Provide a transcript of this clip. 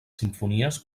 simfonies